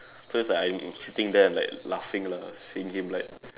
so it's like I'm sitting there and like laughing lah seeing him like